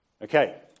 Okay